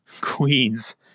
queens